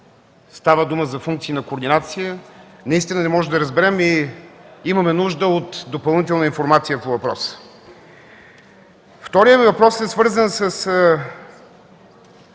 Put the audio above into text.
става дума за функции на координация. Наистина не можем да разберем и имаме нужда от допълнителна информация по въпроса. Вторият ми въпрос е свързан с